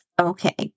Okay